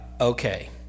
okay